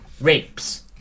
rapes